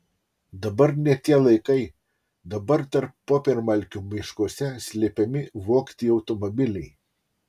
dabar ne tie laikai dabar tarp popiermalkių miškuose slepiami vogti automobiliai